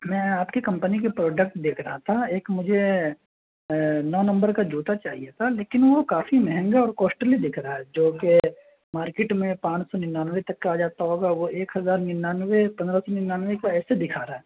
میں آپ کی کمپنی کے پروڈکٹ دیکھ رہا تھا ایک مجھے نو نمبر کا جوتا چاہیے تھا لیکن وہ کافی مہنگا اور کوشٹلی دکھ رہا ہے جوکہ مارکیٹ میں پانچ سو ننانوے تک کا آ جاتا ہوگا وہ ایک ہزار ننانوے پندرہ سو ننانوے کا ایسے دکھا رہا ہے